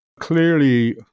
Clearly